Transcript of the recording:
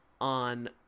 on